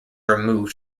removed